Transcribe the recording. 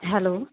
hello